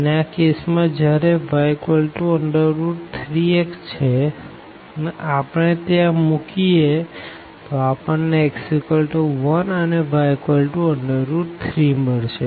અને આ કેસ માં જયારે y3 x છે ને આપણે ત્યાં મુકીયેતો આપણને x1 અને y3 મળશે